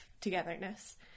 togetherness